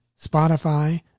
Spotify